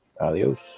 adios